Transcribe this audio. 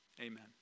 amen